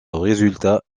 résultats